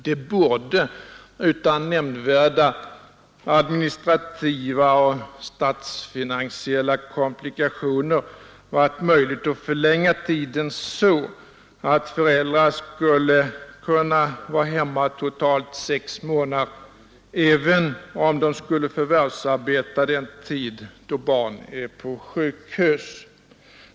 Det borde utan nämnvärda administrativa och statsfinansiella komplikationer ha varit möjligt att förlänga tiden så, att föräldrar skulle kunna vara hemma under totalt sex månader, även om de skulle förvärvsarbeta under den tid då deras barn är på sjukhus.